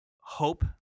hope